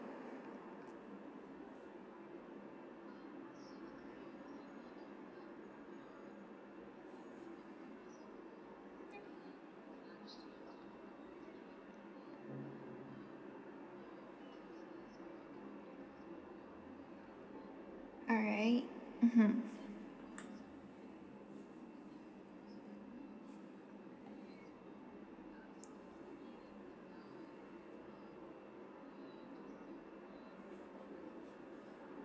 alright mmhmm